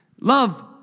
Love